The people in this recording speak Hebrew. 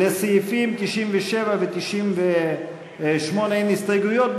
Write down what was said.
לסעיפים 97 ו-98 אין הסתייגויות,